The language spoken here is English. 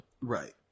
right